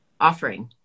Offering